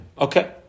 Okay